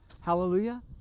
hallelujah